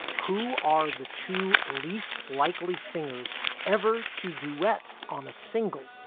who are the two least likely singers ever to duet on a single,